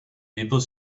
people